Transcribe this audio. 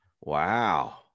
Wow